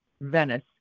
Venice